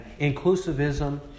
inclusivism